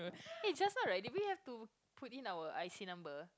eh just now right did we have to put in our I_C number